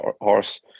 horse